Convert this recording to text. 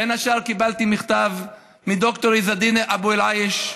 בין השאר קיבלתי מכתב מדוקטור עז א-דין אבו אל-עייש,